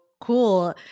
cool